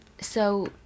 So-